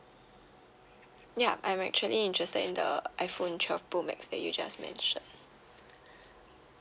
yup I'm actually interested in the iphone twelve pro max that you just mentioned